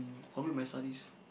mm complete my studies